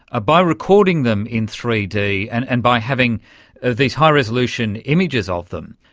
ah by recording them in three d and and by having these high resolution images of them,